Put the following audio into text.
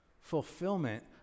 Fulfillment